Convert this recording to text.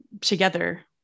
together